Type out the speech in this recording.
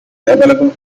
available